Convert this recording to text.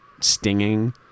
stinging